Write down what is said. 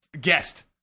Guest